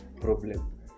problem